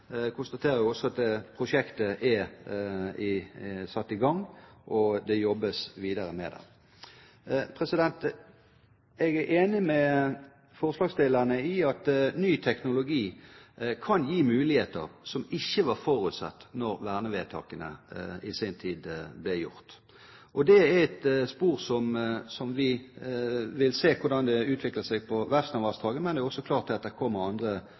Jeg konstaterer også at det prosjektet er satt i gang, og det jobbes videre med det. Jeg er enig med forslagsstillerne i at ny teknologi kan gi muligheter som ikke var forutsatt da vernevedtakene i sin tid ble gjort. Det er et spor som vi vil se hvordan utvikler seg i forbindelse med Vefsnavassdraget, men det er også klart at det kommer andre